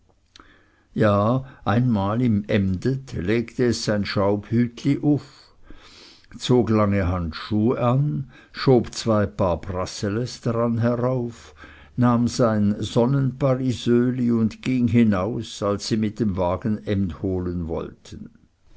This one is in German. ja einmal im emdet legte es sein schaubhütli auf zog lange handschuhe an schob zwei paar bracelets daran herauf nahm sein sonnenparesöli und ging hinaus als sie mit dem wagen emd holen wollten